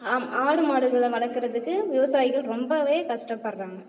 ஆம் ஆடு மாடுகளை வளர்க்கறதுக்கு விவசாயிகள் ரொம்பவே கஷ்டப்படுகிறாங்க